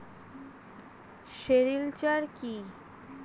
Sericulture কি?